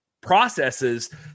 processes